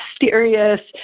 mysterious